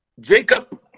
Jacob